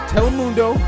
Telemundo